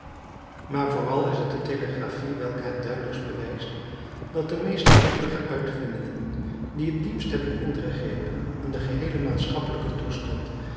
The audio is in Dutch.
maar vooral is het de telegraphie welke het duidelijkst bewijst dat de meest gewichtige uitvindingen die het diepst hebben ingegrepen in den geheelen maatschappelijken toestand